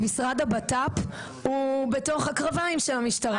משרד הבט"פ הוא בתוך הקרביים של המשטרה.